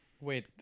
Wait